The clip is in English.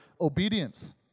obedience